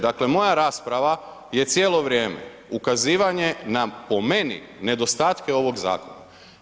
Dakle, moja rasprava je cijelo vrijeme ukazivanja na, po meni, nedostatke ovog zakona.